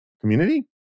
community